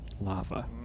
lava